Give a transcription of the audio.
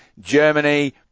Germany